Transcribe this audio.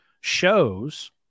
shows